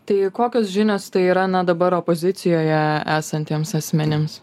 tai kokios žinios tai yra na dabar opozicijoje esantiems asmenims